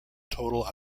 total